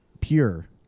pure